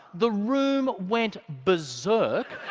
the room went berserk